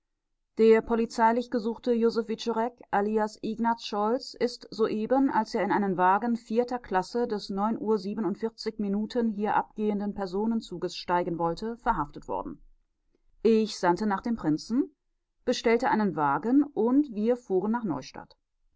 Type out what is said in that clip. der polizeilich gesuchte josef wiczorek alias ignaz scholz ist soeben als er in einen wagen vierter klasse des neun uhr siebenundvierzig minuten hier abgehenden personenzuges steigen wollte verhaftet worden ich sandte nach dem prinzen bestellte einen wagen und wir fuhren nach neustadt